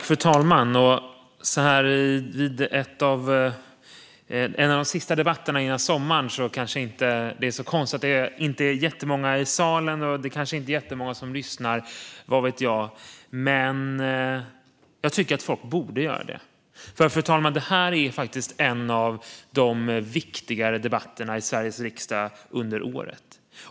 Fru talman! Så här i en av de sista debatterna före sommaren kanske det inte är så konstigt att det inte är jättemånga i salen. Kanske är det inte heller jättemånga som lyssnar, vad vet jag. Jag tycker dock att folk borde göra det. Detta, fru talman, är nämligen en av de viktigare debatterna i Sveriges riksdag under året.